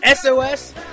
SOS